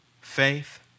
faith